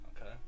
Okay